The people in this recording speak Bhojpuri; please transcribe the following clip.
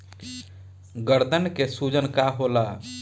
गदन के सूजन का होला?